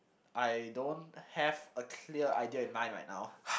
I don't have a clear idea in mind right now